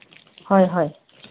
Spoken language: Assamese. হয় হয়